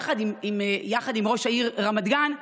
יחד עם ראש העיר רמת גן,